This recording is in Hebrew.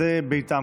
שזה ביתם,